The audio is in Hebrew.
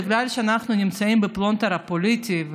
בגלל שאנחנו נמצאים בפלונטר פוליטי,